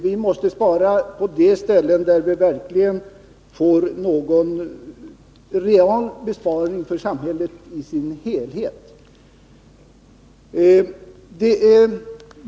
Vi måste spara på de ställen där vi verkligen får någon real besparing för samhället i dess helhet.